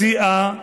בשיאה.